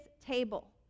table